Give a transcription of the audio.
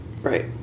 Right